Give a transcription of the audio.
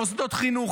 מוסדות חינוך,